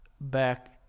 back